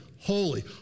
Holy